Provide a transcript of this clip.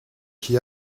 qui